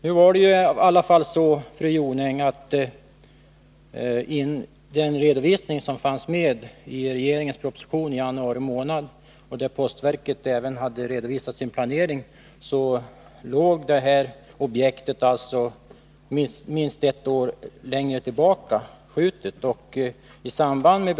Nu var det ju i alla fall så, fru Jonäng, att i regeringens proposition från januari månad, där postverkets planering redovisades, låg det här objektet minst ett år längre fram i tiden.